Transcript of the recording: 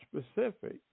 specific